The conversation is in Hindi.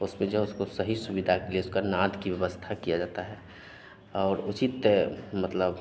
उसपर जो है उसको सही सुविधा के लिए उसका नाद की व्यवस्था किया जाता है और उचित मतलब